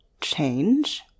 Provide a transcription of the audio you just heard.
change